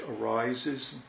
arises